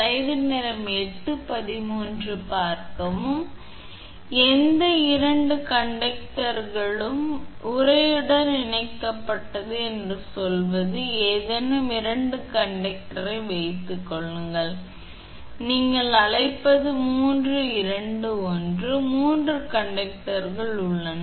எனவே எந்த 2 கண்டக்டர்களும் உறையுடன் இணைக்கப்பட்டுள்ளன என்று சொல்வது ஏதேனும் 2 கண்டக்டரை வைத்துக்கொள்ளுங்கள் நீங்கள் அழைப்பது 1 2 3 மூன்று கண்டக்டர்கள் உள்ளனர்